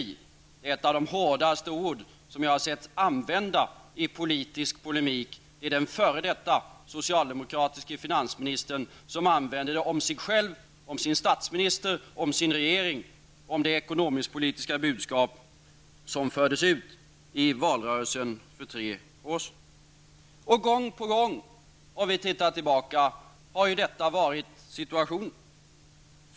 Det är ett av de hårdaste ord som jag har sett användas i politisk polemik. Det är den f.d. socialdemokratiske finansministern som använder det ordet om sig själv, om sin statsminister, om sin regering och om det ekonomisk-politiska budskap som fördes ut i valrörelsn för tre år sedan. Gång på gång har situationen varit sådan.